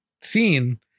seen